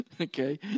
Okay